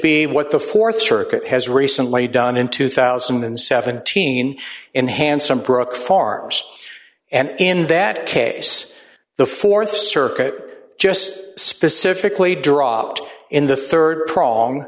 be what the th circuit has recently done in two thousand and seventeen in hand some broke farms and in that case the th circuit just specifically dropped in the rd prong